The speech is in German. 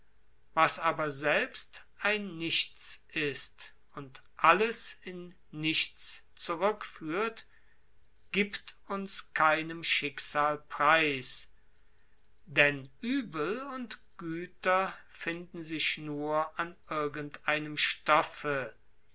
was aber selbst ein nichts ist und alles in nichts zurückführt gibt uns keinem schicksal preis denn uebel und güter finden sich an irgend einem stoffe